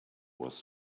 was